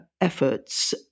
efforts